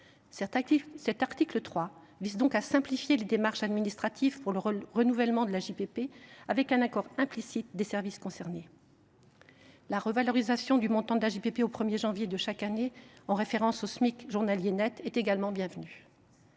L’article 3 simplifie les démarches administratives pour le renouvellement de l’AJPP, en rendant implicite l’accord des services concernés. La revalorisation du montant de l’AJPP au 1 janvier de chaque année, en référence au Smic journalier net, est également bienvenue.